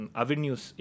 avenues